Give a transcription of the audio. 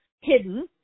hidden